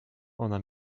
ona